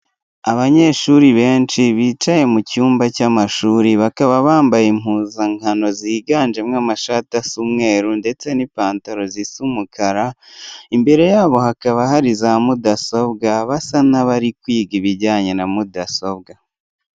Abanyeshuri benshi bicaye mu cyumba cy'amashuri, bakaba bambaye impuzankano ziganjemo amashati asa umweru ndetse n'ipantaro zisa umukara. Imbere yabo hakaba hari za mudasobwa, basa n'abari kwiga ibijyanye na mudasobwa.